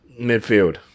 midfield